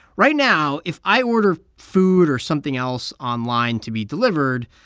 right now if i order food or something else online to be delivered,